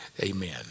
Amen